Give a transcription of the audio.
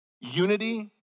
Unity